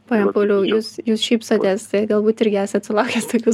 pone pauliau jūs jūs šypsotės tai galbūt irgi esat sulaukęs tokių